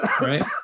Right